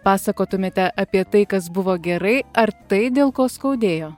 pasakotumėte apie tai kas buvo gerai ar tai dėl ko skaudėjo